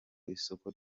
isoko